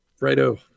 Righto